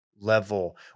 level